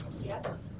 Yes